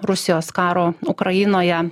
rusijos karo ukrainoje